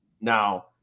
now